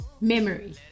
memory